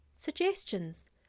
Suggestions